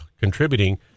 contributing